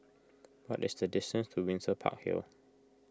what is the distance to Windsor Park Hill